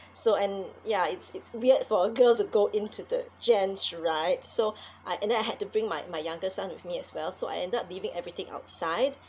so and ya it's it's weird for a girl to go in to the gents right so I ended I had to bring my my younger son with me as well so I ended up leaving everything outside